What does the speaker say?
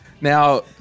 Now